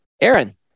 Aaron